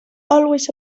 always